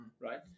right